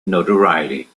notoriety